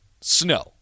Snow